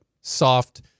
soft